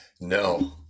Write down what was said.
No